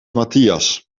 matthias